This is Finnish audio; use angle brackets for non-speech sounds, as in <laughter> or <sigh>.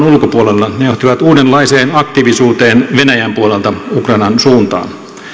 <unintelligible> ulkopuolella ne johtivat uudenlaiseen aktiivisuuteen venäjän puolelta ukrainan suuntaan